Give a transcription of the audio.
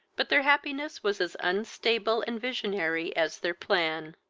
but their happiness was as unstable and visionary as their plan.